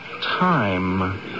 Time